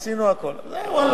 תקשיב,